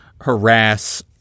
harass